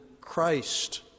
Christ